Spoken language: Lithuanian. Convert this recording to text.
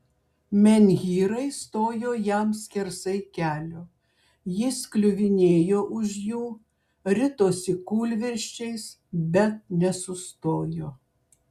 menhyrai stojo jam skersai kelio jis kliuvinėjo už jų ritosi kūlvirsčias bet nesustojo